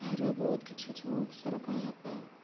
ଆହୁରି ବି ବହୁତ କିଛି ଅଛି ମୋ ବିଷୟରେ କହିବା ପାଇଁ